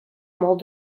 molt